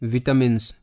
Vitamins